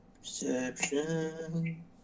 Perception